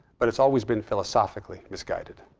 but it's always been philosophically misguided.